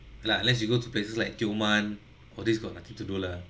lah let's you go to places like tioman or this got nothing to do lah